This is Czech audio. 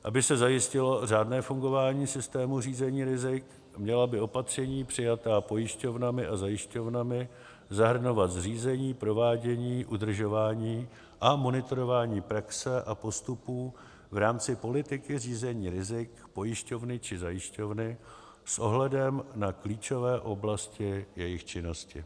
Aby se zajistilo řádné fungování systému řízení rizik, měla by opatření přijatá pojišťovnami a zajišťovnami zahrnovat zřízení, provádění, udržování a monitorování praxe a postupů v rámci politiky řízení rizik pojišťovny či zajišťovny, s ohledem na klíčové oblasti jejich činnosti.